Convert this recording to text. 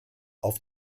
auf